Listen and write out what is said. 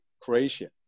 Croatia